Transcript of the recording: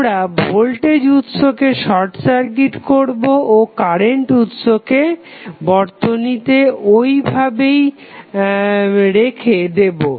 আমরা ভোল্টেজ উৎসকে short circuit করবো ও কারেন্ট উৎসকে বর্তনীতে ঐ ভাবেই রেখে দেবো